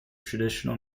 traditional